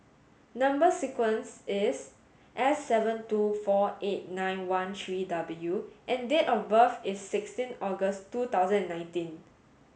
number sequence is S seven two four eight nine one three W and date of birth is sixteen August two thousand and nineteen